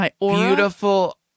beautiful